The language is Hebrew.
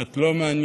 את לא מעניינית,